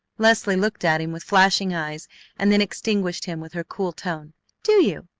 leslie looked at him with flashing eyes and then extinguished him with her cool tone do you?